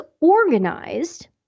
organized